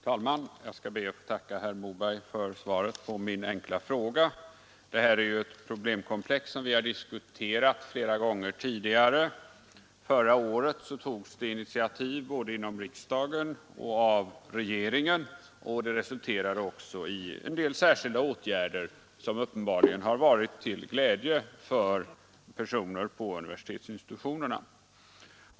Fru talman! Jag skall be att få tacka statsrådet Moberg för svaret på min enkla fråga. Det här är ett problemkomplex som vi har diskuterat flera gånger tidigare. Förra året togs initiativ både inom riksdagen och av regeringen. De resulterade också i en del särskilda åtgärder, som uppenbarligen har varit till glädje för personer på universitetsinstitutionerna.